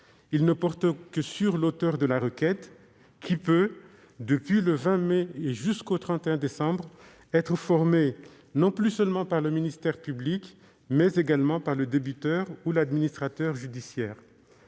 Il ne porte que sur l'auteur de la requête qui, depuis le 20 mai et jusqu'au 31 décembre, peut être formée non plus seulement par le ministère public, mais également par le débiteur ou l'administrateur judiciaire.